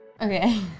Okay